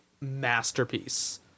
masterpiece